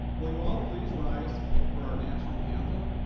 will you all please rise for our national anthem.